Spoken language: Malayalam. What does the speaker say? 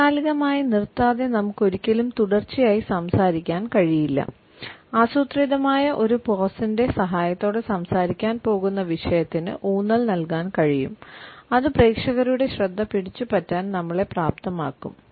താൽക്കാലികമായി നിർത്താതെ നമുക്ക് ഒരിക്കലും തുടർച്ചയായി സംസാരിക്കാൻ കഴിയില്ല ആസൂത്രിതമായ ഒരു പോസിൻറെ സഹായത്തോടെ സംസാരിക്കാൻ പോകുന്ന വിഷയത്തിന് ഊന്നൽ നൽകാൻ കഴിയും അത് പ്രേക്ഷകരുടെ ശ്രദ്ധ പിടിച്ചുപറ്റാൻ നമ്മളെ പ്രാപ്തമാക്കും